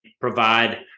Provide